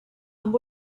amb